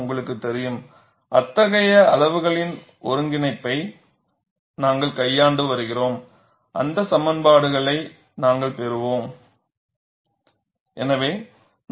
உங்களுக்குத் தெரியும் அத்தகைய அளவுகளின் ஒருங்கிணைப்பை நாங்கள் கையாண்டு வருகிறோம் அந்த சமன்ப்பாடுகளை நாங்கள் பெறுவோம்